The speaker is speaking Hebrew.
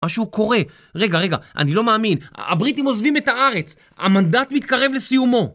משהו קורה, רגע רגע, אני לא מאמין, הבריטים עוזבים את הארץ, המנדט מתקרב לסיומו